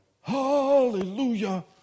hallelujah